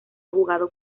jugado